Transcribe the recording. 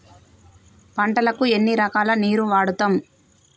పంటలకు ఎన్ని రకాల నీరు వాడుతం?